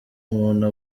umuntu